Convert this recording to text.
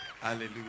hallelujah